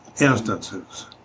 instances